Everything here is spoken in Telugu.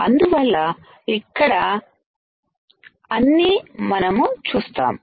అందువల్ల ఇక్కడ అన్న మేము చూస్తాము